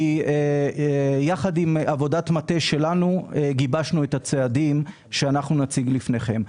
יחד עם עבודת מטה שלנו גיבשנו את הצעדים שנציג לפניכם.